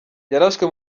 yarashwe